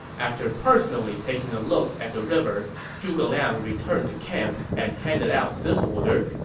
after personally taking a look at the river, zhuge liang returned to camp and handed out this order,